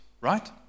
right